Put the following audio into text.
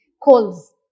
calls